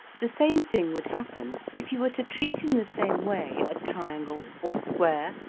the same thing would happen if you were to treat in the same way a triangle, or square,